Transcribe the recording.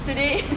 today